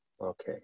Okay